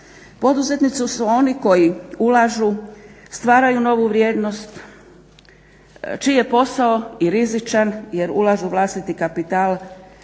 Poduzetnici su oni koji ulažu stvaraju novu vrijednost, čiji je posao i rizičan jer ulaz u vlastiti kapital